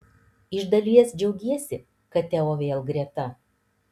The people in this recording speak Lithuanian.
iš dalies džiaugiesi kad teo vėl greta